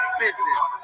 business